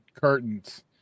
curtains